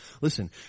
Listen